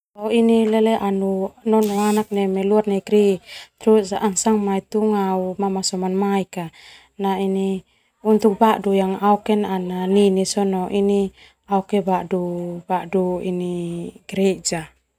Au nanu nonoanak neme luar negeri ana sanga mai mamaso manamaik untuk badu yang au oken untuk ana nini sona ini au oken badu badu ini Gereja.